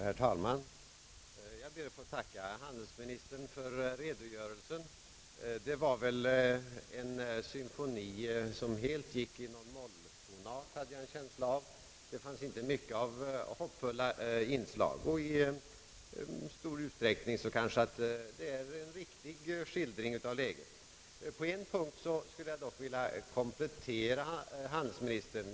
Herr talman! Jag ber att få tacka handelsministern för redogörelsen. Jag hade känsla av att det var en symfoni som helt gick i någon molltonart. Det fanns inte mycket av hoppfulla inslag, och i stor utsträckning kanske det är en riktig skildring av läget. På en punkt skulle jag dock vilja komplettera handelsministern.